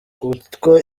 kuko